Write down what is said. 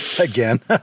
Again